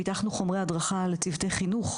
פתחנו חומרי הדרכה לצוותי החינוך,